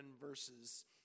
verses